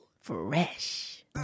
Fresh